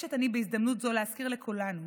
מבקשת אני בהזדמנות זו להזכיר לכולנו